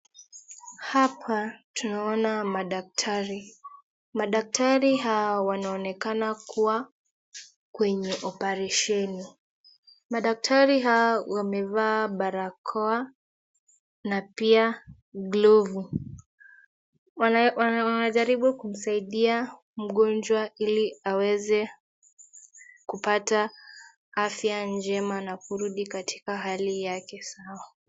Hapa tunaona madaktari. Madaktari hawa wanaonekana kuwa kwenye oparesheni. Madaktari hao wamevaa barakoa na pia glovu. Wanajaribu kumsaidia mgonjwa ili aweze kupata afya njema na kurudi katika hali yake sawa.